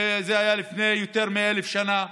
זה היה לפני יותר מ-1,000 שנה,